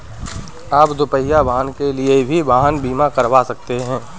आप दुपहिया वाहन के लिए भी वाहन बीमा करवा सकते हैं